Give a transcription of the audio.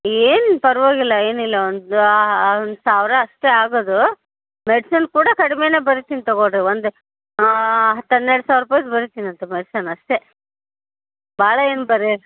ಏನೂ ಪರವಾಗಿಲ್ಲ ಏನಿಲ್ಲ ಒಂದು ಒಂದು ಸಾವಿರ ಅಷ್ಟೇ ಆಗೋದು ಮೆಡ್ಸಿನ್ ಕೂಡ ಕಡ್ಮೆಯೇ ಬರಿತೀನಿ ತಗೊಳ್ಳಿರಿ ಒಂದು ಹತ್ತು ಹನ್ನೆರಡು ಸಾವಿರ ರೂಪಾಯ್ದು ಬರಿತೀನಿ ಅಂತೆ ಮೆಡ್ಸಿನ್ ಅಷ್ಟೇ ಭಾಳ ಏನು ಬರಿಯಲ್ಲ